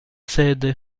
sede